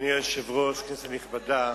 אדוני היושב-ראש, כנסת נכבדה,